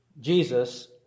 Jesus